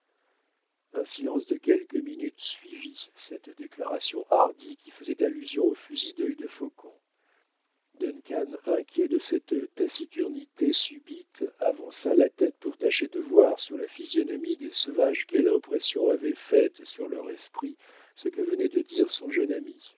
un silence de quelques minutes suivit cette déclaration hardie qui faisait allusion au fusil dœil de faucon duncan inquiet de cette taciturnité subite avança la tête pour tâcher de voir sur la physionomie des sauvages quelle impression avait faite sur leur esprit ce que venait de dire son jeune ami